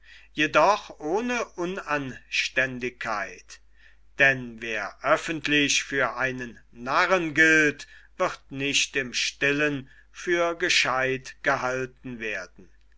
jedoch ohne unanständigkeit denn wer öffentlich für einen narren gilt wird nicht im stillen für gescheut gehalten werden